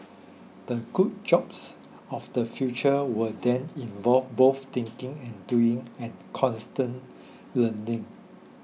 the good jobs of the future will then involve both thinking and doing and constant learning